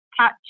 touch